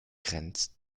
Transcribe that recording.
grenzt